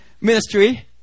ministry